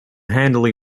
handily